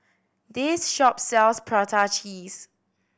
this shop sells prata cheese